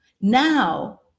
now